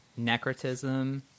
necrotism